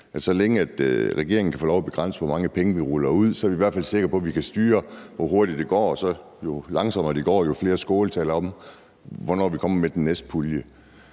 så længe regeringen kan få lov at begrænse det med hensyn til, for hvor mange penge vi ruller det ud, så i hvert fald også er sikre på, at vi kan styre, hvor hurtigt det går. Og jo langsommere det går, jo flere skåltaler er der om, hvornår man kommer med den næste pulje.